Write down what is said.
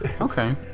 Okay